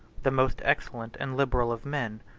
the most excellent and liberal of men,